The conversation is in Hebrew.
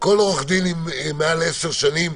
עורך דין עם מעל 10 שנים,